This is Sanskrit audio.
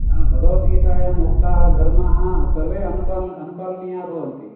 हा भगवद्गीतायाम् उक्ताः धर्माः सर्वे अनुपाल् अनुपालनीयाः भवन्ति